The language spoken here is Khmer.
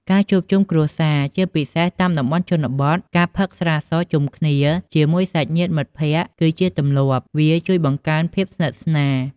ការជួបជុំគ្រួសារ ជាពិសេសតាមតំបន់ជនបទ ការផឹកស្រាសជុំគ្នាជាមួយសាច់ញាតិមិត្តភក្តិ គឺជាទម្លាប់ វាជួយបង្កើនភាពស្និទ្ធស្នាល។